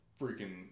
Freaking